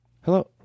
Hello